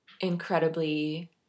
incredibly